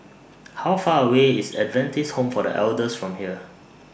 How Far away IS Adventist Home For The Elders from here